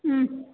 ம்